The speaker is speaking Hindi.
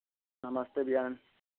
नमस्ते भैया